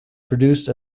produced